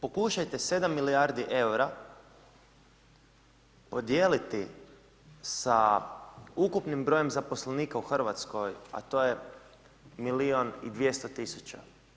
Pokušajte 7 milijardi eura podijeliti sa ukupnim brojem zaposlenika u Hrvatskoj, a to je milijun i 200 tisuća.